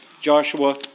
Joshua